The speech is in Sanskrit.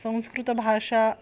संस्कृतभाषा